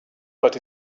but